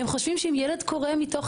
הם חושבים שאם ילד קורא מתוך